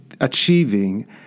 achieving